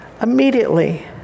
immediately